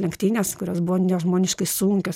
lenktynes kurios buvo nežmoniškai sunkios